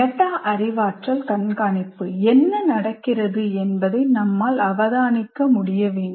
meta அறிவாற்றல் கண்காணிப்பு என்ன நடக்கிறது என்பதை நம்மால் அவதானிக்க முடிய வேண்டும்